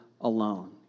alone